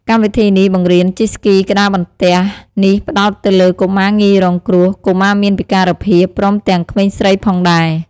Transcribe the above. កម្មវិធីនេះបង្រៀនជិះស្គីក្ដារបន្ទះនេះផ្ដោតទៅលើកុមារងាយរងគ្រោះ កុមារមានពិការភាព ព្រមទាំងក្មេងស្រីផងដែរ។